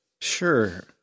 Sure